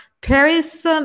Paris